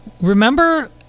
remember